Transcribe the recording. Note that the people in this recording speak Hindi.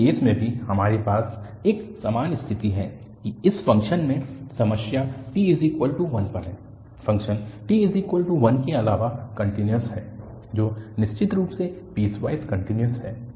और इस केस में भी हमारे पास एक समान स्थिति है कि इस फ़ंक्शन में समस्या t1 पर है फ़ंक्शन t1 के अलावा कन्टिन्यूअस है जो निश्चित रूप से पीसवाइस कन्टिन्यूअस है